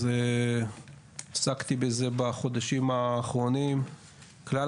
אז עסקתי בזה בחודשים האחרונים כלל